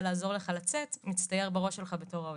לעזור לך לצאת מצטייר בראש שלך בתור האויב.